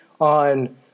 on